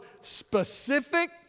specific